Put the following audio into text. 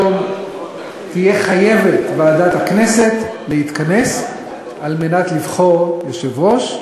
בתום 45 יום תהיה חייבת ועדת הכנסת להתכנס על מנת לבחור יושב-ראש,